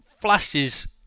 flashes